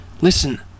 Listen